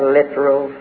literal